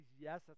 Yes